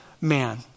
man